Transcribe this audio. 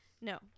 no